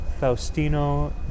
Faustino